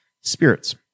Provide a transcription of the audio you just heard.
spirits